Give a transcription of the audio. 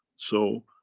so,